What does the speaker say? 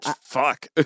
fuck